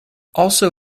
also